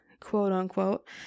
quote-unquote